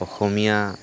অসমীয়া